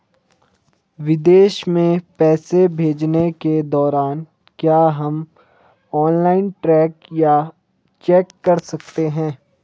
विदेश में पैसे भेजने के दौरान क्या हम ऑनलाइन ट्रैक या चेक कर सकते हैं?